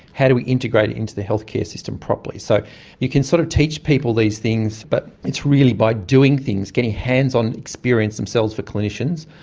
how do we integrate it into the healthcare system properly? so you can sort of teach people these things but it's really by doing things, getting hands-on experience themselves for clinicians,